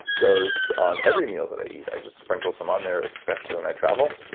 goes on every meal that i eat. i just sprinkle some on there especially when i travel.